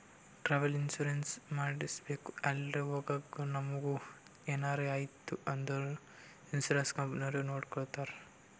travel insurance ಮಾಡಿಸ್ಬೇಕ್ ಎಲ್ರೆ ಹೊಗಾಗ್ ನಮುಗ ಎನಾರೆ ಐಯ್ತ ಅಂದುರ್ ಇನ್ಸೂರೆನ್ಸ್ ಕಂಪನಿದವ್ರೆ ನೊಡ್ಕೊತ್ತಾರ್